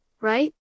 right